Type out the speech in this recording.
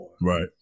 Right